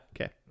okay